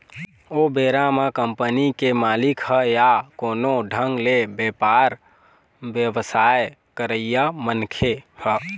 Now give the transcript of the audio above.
ओ बेरा म कंपनी के मालिक ह या कोनो ढंग ले बेपार बेवसाय करइया मनखे ह